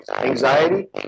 anxiety